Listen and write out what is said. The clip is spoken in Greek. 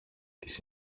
της